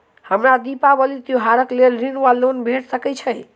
हमरा दिपावली त्योहारक लेल ऋण वा लोन भेट सकैत अछि?